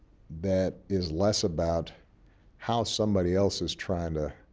that is less about how somebody else is trying to